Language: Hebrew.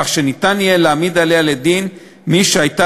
כך שניתן יהיה להעמיד עליה לדין מי שהייתה